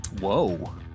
Whoa